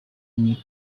need